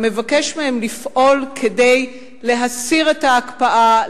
המבקש מהם לפעול כדי להסיר את ההקפאה,